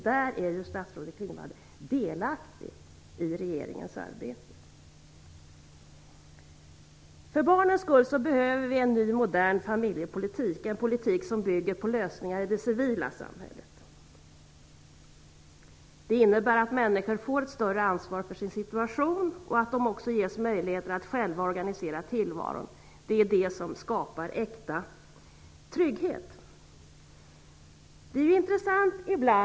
Där är ju statsrådet Klingvall delaktig i regeringens arbete. För barnens skull behöver vi en ny modern familjepolitik. Vi behöver en politik som bygger på lösningar i det civila samhället. Det innebär att människor får ett större ansvar för sin situation och att de också ges möjligheter att själva organisera tillvaron. Detta skapar äkta trygghet.